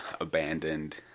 abandoned